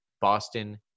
Boston